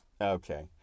Okay